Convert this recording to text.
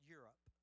Europe